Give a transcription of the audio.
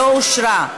נתקבלה.